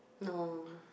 no